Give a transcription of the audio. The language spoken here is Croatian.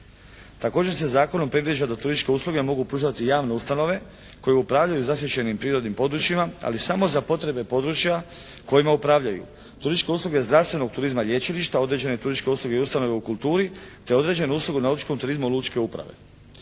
Također se zakonom predviđa da turističke usluge mogu pružati javne ustanove koje upravljaju zasićenim prirodnim područjima, ali samo za potrebe područja kojima upravljaju turističke usluge zdravstvenog turizma, lječilišta, određene turističke …/Govornik se ne razumije./… i ustanove u kulture te određene usluge nautičkog turizma lučke uprave.